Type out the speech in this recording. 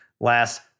last